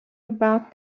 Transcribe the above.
about